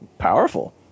powerful